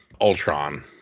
Ultron